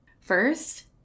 First